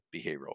behavioral